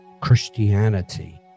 Christianity